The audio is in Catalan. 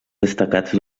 destacats